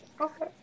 Okay